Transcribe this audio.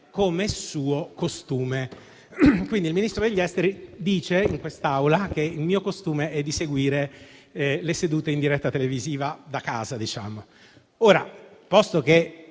com'è suo costume». Quindi, il Ministro degli affari esteri dice in quest'Aula che il mio costume è seguire le sedute in diretta televisiva, da casa. Ora, posto che